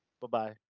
Bye-bye